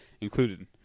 included